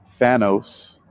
Thanos